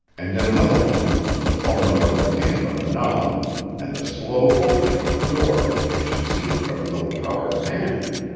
and in another moment the fumbling of her hand on the knob and the slow opening of the door which she seemed to have no power to manage.